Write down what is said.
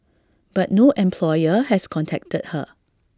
but no employer has contacted her